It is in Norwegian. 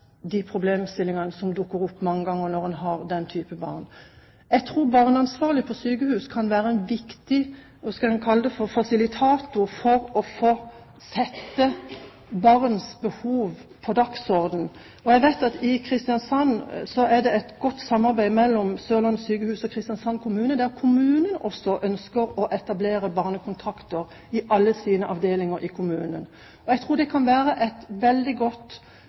de problemstillingene som mange ganger dukker opp når en har med den type barn å gjøre. Jeg tror barneansvarlige på sykehus kan være en viktig – hva skal jeg kalle det – fasilitator for å få satt barns behov på dagsordenen. Jeg vet at det i Kristiansand er et godt samarbeid mellom Sørlandet sykehus og Kristiansand kommune, der kommunen ønsker å etablere barnekontakter i alle sine avdelinger i kommunen. Jeg tror det kan være et veldig godt